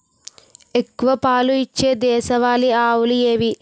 ఎక్కువ పాలు ఇచ్చే దేశవాళీ ఆవులు ఏవి?